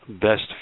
best